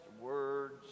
words